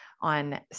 on